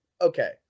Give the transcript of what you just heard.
okay